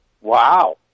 Wow